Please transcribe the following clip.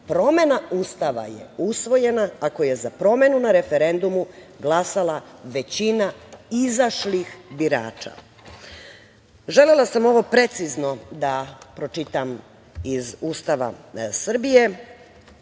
Promena Ustava je usvojena ako je za promenu na referendumu glasala većina izašlih birača“.Želela sam ovo precizno da pročitam iz Ustava Srbije